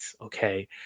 Okay